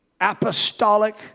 apostolic